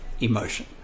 emotion